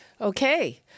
Okay